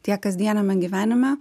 tiek kasdieniame gyvenime